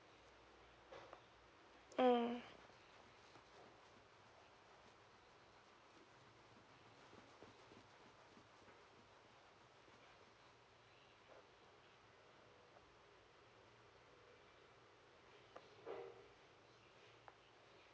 mm